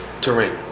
terrain